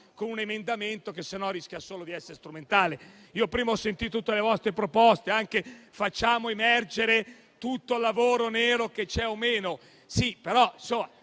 con un emendamento che altrimenti rischia solo di essere strumentale. Io prima ho sentito tutte le vostre proposte: facciamo emergere tutto il lavoro nero che c'è.